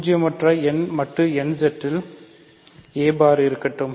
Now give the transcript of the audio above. பூஜ்ஜியமற்ற Z மட்டு nZ இல் a பார் இருக்கட்டும்